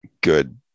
good